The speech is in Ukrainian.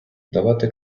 давати